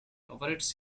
operates